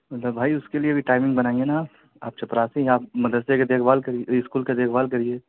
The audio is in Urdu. مطلب بھائی اس کے لیے بھی ٹائمنگ بنائیے نا آپ آپ چپراسی ہیں آپ مدرسے کے دیکھ بھال کریے اسکول کا دیکھ بھال کریے